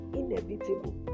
inevitable